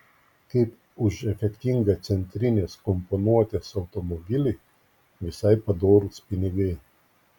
kaip už efektingą centrinės komponuotės automobilį visai padorūs pinigai